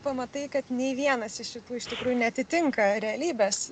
pamatai kad nei vienas iš iš tikrųjų neatitinka realybės